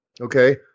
okay